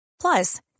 plus